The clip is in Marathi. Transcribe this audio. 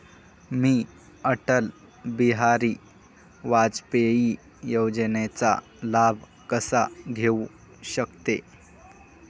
मी अटल बिहारी वाजपेयी योजनेचा लाभ कसा घेऊ शकते?